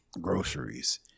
groceries